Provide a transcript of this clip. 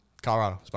Colorado